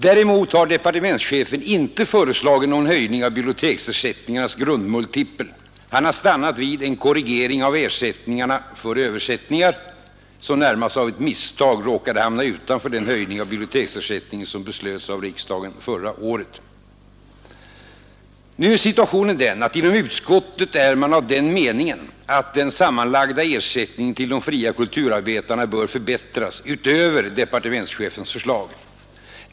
Däremot har departementschefen inte föreslagit någon höjning av biblioteksersättningens grundmultipel — han har stannat vid en korrigering av ersättningen för översättningar, som närmast av ett misstag råkade hamna utanför den höjning av biblioteksersättningen som beslöts av riksdagen förra året. Inom utskottet är man nu av den meningen att den sammanlagda ersättningen till de fria kulturarbetarna bör förbättras utöver departementschefens förslag.